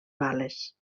bales